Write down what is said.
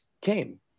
came